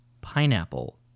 pineapple